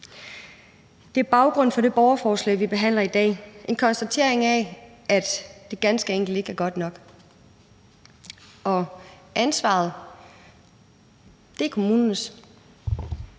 Det er baggrunden for det borgerforslag, vi behandler i dag, altså en konstatering af, at det ganske enkelt ikke er godt nok. Ansvaret er kommunernes.